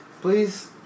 please